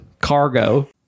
cargo